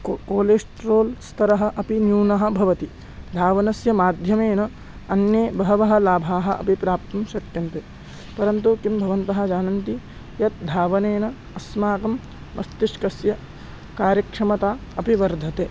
को कोलेस्ट्रोल् स्तरः अपि न्यूनः भवति धावनस्य माध्यमेन अन्ये बहवः लाभाः अपि प्राप्तुं शक्यन्ते परन्तु किं भवन्तः जानन्ति यत् धावनेन अस्माकं मस्तिष्कस्य कार्यक्षमता अपि वर्धते